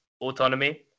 autonomy